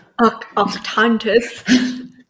Octantis